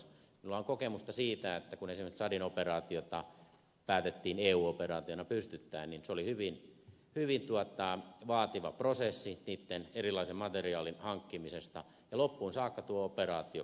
minulla on kokemusta siitä että kun esimerkiksi tsadin operaatiota päätettiin eu operaationa pystyttää niin se oli hyvin vaativa prosessi erilaisen materiaalin hankkimisesta alkaen ja loppuun saakka tuo operaatio koki puutteita